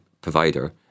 provider